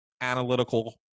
analytical